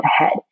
ahead